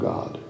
God